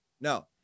no